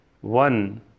one